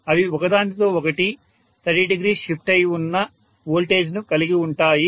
అవి ఒకదానికొకటి 300 షిఫ్టయి ఉన్న వోల్టేజ్లను కలిగి ఉంటాయి